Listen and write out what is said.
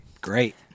Great